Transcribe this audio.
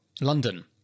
London